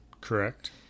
Correct